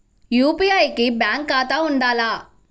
UPI కి bank ఖాతా ఉండాల?